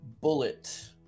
Bullet